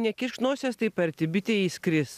nekiš nosies taip arti bitė įskris